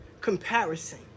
Comparison